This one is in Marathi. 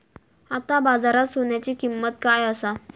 आता बाजारात सोन्याची किंमत काय असा?